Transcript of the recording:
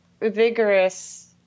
vigorous